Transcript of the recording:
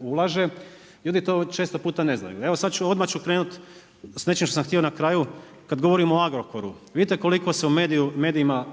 ulaže, jer ljudi često puta ne znaju. Evo sad ću, odmah ću krenuti s nečim što sam htio na kraju, kad govorimo o Agrokoru, vidite koliko se u medijima